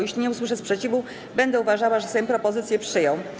Jeśli nie usłyszę sprzeciwu, będę uważała, że Sejm propozycję przyjął.